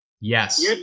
yes